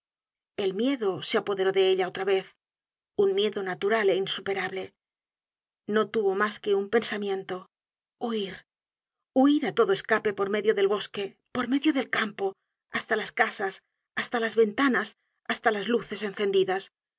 el miedo se apoderó de ella otra vez un miedo natural é insuperable no tuvo mas que un pensamiento huir huir á todo escape por medio del bosque por medio del campo hasta las casas hasta las ventanas hasta las luces encendidas